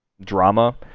drama